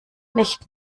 nicht